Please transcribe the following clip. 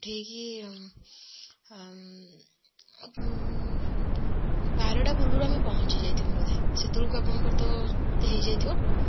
ଠିକ୍ ବାରଟା ପୂର୍ବରୁ ଆମେ ପହଞ୍ଚିଯାଇଥିମୁ ବୋଧେ ସେତେବେଳକୁ ଆପଣଙ୍କର ତ ହୋଇଯାଇଥିବ